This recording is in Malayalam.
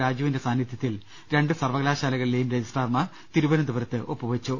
രാജുവിന്റെ സാന്നിധൃത്തിൽ രണ്ട് സർവക ലാശാലകളിലെയും രജിസ്ട്രാർമാർ തിരുവനന്തപുരത്ത് ഒപ്പുവെച്ചു